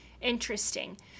Interesting